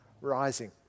rising